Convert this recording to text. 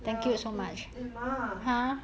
ya eh eh mah